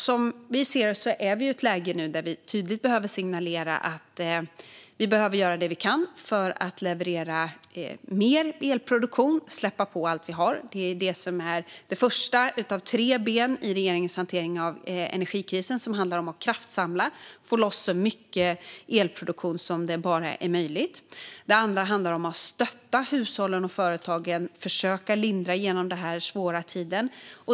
Som vi ser det är vi nu i ett läge där vi tydligt behöver signalera att vi behöver göra det vi kan för att leverera mer elproduktion och släppa på allt vi har. Det är det som är det första av tre ben i regeringens hantering av energikrisen. Det handlar om att kraftsamla och få loss så mycket elproduktion som möjligt. Det andra handlar om att stötta hushållen och företagen och försöka lindra genom den här svåra tiden.